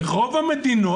ברוב המדינות,